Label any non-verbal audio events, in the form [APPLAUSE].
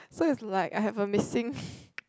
so it's like I have a missing [BREATH]